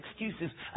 excuses